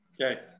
Okay